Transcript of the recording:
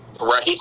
Right